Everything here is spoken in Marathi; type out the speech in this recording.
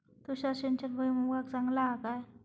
तुषार सिंचन भुईमुगाक चांगला हा काय?